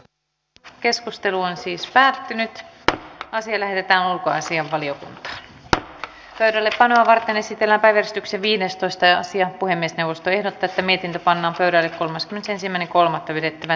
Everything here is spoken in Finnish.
ja keskustelu on siis päättynyt asioille että ulkoasianvaliokunta elefana varten esitellä päivystyksen viidestoista sija puhemiesneuvosto ehdottatte mihin panna pöydälle asia lähetettiin ulkoasiainvaliokuntaan